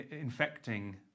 infecting